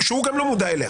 שהוא גם לא מודע אליה.